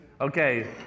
Okay